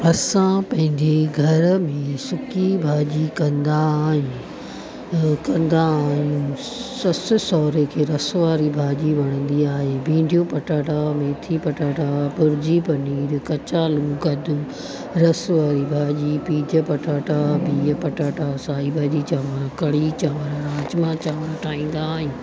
असां पंहिंजे घर में सुकी भाॼी कंदा आहियूं ईअं कंदा आहियूं ससु सहुरे खे रसु वारी भाॼी वणंदी आहे भींडियूं पटाटा मेथी पटाटा भुर्जी पनीर कचालू गॾु रसु वारी भाॼी पीज पटाटा बिह पटाटा साई भाॼी चांवर कढ़ी चांवर राजमा चांवर ठाहींदा आयूं